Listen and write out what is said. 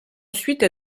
ensuite